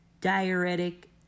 diuretic